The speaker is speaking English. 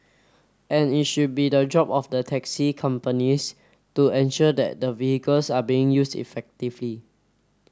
and it should be the job of the taxi companies to ensure that the vehicles are being used effectively